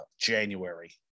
January